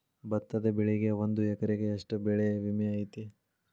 ಭತ್ತದ ಬೆಳಿಗೆ ಒಂದು ಎಕರೆಗೆ ಎಷ್ಟ ಬೆಳೆ ವಿಮೆ ಐತಿ?